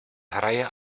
hraje